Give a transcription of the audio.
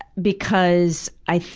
because i